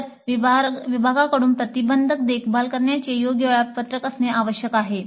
तर विभागाकडून प्रतिबंधात्मक देखभाल करण्याचे योग्य वेळापत्रक असणे आवश्यक आहे